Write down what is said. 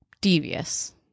devious